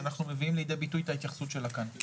שאנחנו מביאים לידי ביטוי את ההתייחסות שלה כאן.